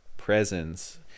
presence